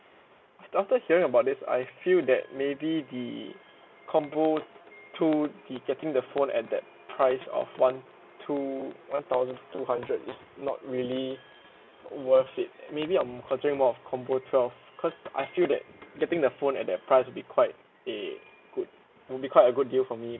after hearing about this I feel that maybe the combo two be getting the phone at that price of one two one thousand two hundred is not really worth it maybe I'm considering more of combo twelve cause I feel that getting the phone at that price will be quite a good will be quite a good deal for me